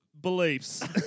beliefs